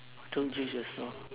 don't change your song